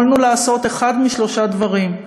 יכולנו לעשות אחד משלושה דברים: